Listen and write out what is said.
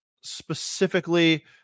Specifically